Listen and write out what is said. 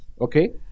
Okay